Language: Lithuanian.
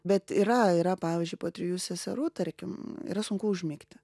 bet yra yra pavyzdžiui po trijų seserų tarkim yra sunku užmigti